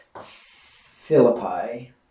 Philippi